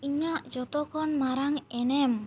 ᱤᱧᱟᱹᱜ ᱡᱚᱛᱚ ᱠᱚᱱ ᱢᱟᱨᱟᱝ ᱮᱱᱮᱢ